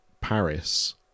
paris